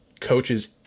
coaches